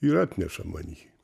ir atneša man jį